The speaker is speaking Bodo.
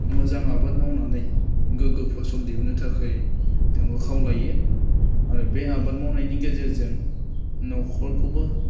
मोजां आबाद मावनानै गोग्गो फसल दिहुन्नो थाखाय बिथांखौ खावलायो आरो बे आबाद मावनायनि गेजेरजों नख'रखौबो